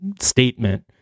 statement